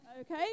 Okay